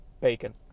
bacon